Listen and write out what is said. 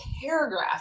paragraph